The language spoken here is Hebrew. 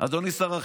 אדוני השר?